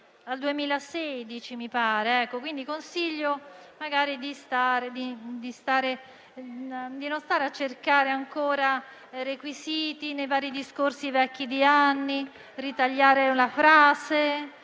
al 2016, quindi gli consiglio di non stare a cercare ancora requisiti nei vari discorsi vecchi di anni, a ritagliare una frase